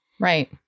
Right